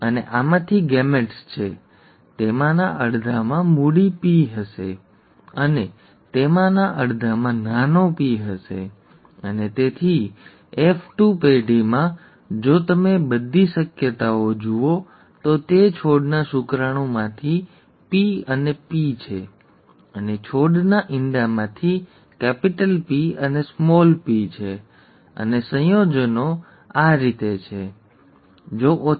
અને આમાંથી ગેમેટ્સ છે તેમાંના અડધામાં મૂડી P હશે અને તેમાંના અડધામાં નાનો p હશે અને તેથી F2 પેઢીમાં જો તમે બધી શક્યતાઓ જુઓ તો તે છોડના શુક્રાણુમાંથી p અને p છે અને છોડના ઇંડામાંથી P અને p છે અને સંયોજનો PP Pp pP અને pp